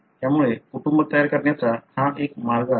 त्यामुळे कुटुंब तयार करण्याचा हा एक मार्ग आहे